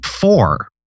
four